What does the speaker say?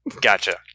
Gotcha